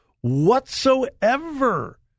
whatsoever